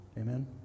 Amen